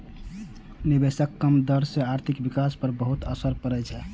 निवेशक कम दर सं आर्थिक विकास पर बहुत असर पड़ै छै